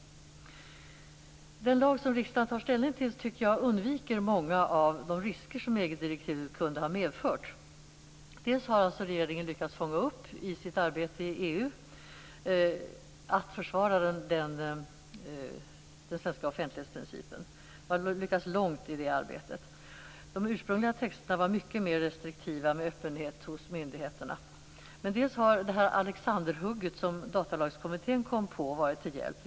Den lag som riksdagen tar ställning till tycker jag undviker många av de risker som EG-direktivet kunde ha medfört. Dels har regeringen lyckats komma långt i sitt arbete i EU med att försvara den svenska offentlighetsprincipen. De ursprungliga texterna var mycket mer restriktiva med öppenheten hos myndigheterna. Dels har det alexanderhugg som Datalagskommittén kom på varit till hjälp.